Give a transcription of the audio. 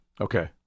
Okay